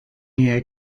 year